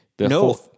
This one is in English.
No